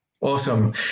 Awesome